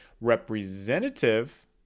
Representative